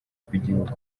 tw’igihugu